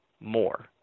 more